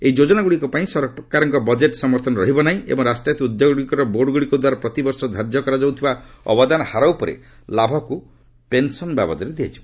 ଏହି ଯୋଜନାଗୁଡ଼ିକ ପାଇଁ ସରକାରଙ୍କ ବଜେଟ୍ ସମର୍ଥନ ରହିବ ନାହିଁ ଏବଂ ରାଷ୍ଟ୍ରାୟତ ଉଦ୍ୟୋଗଗୁଡ଼ିକର ବୋର୍ଡଗୁଡ଼ିକ ଦ୍ୱାରା ପ୍ରତିବର୍ଷ ଧାର୍ଯ୍ୟ କରାଯାଇଥିବା ଅବଦାନ ହାର ଉପରେ ଲାଭକ୍ତ ପେନ୍ସନ୍ ବାବଦରେ ଦିଆଯିବ